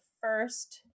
first